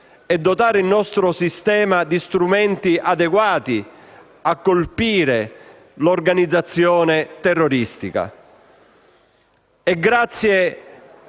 e dotare il nostro sistema di strumenti adeguati a colpire l'organizzazione terroristica.